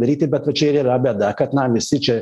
daryti bet va čia ir yra bėda kad na visi čia